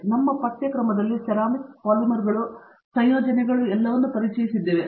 ಆದ್ದರಿಂದ ನಾವು ನಮ್ಮ ಪಠ್ಯಕ್ರಮದಲ್ಲಿ ಸೆರಾಮಿಕ್ಸ್ ಪಾಲಿಮರ್ಗಳು ಸಂಯೋಜನೆಗಳನ್ನು ಎಲ್ಲವನ್ನೂ ಪರಿಚಯಿಸಿದ್ದೇವೆ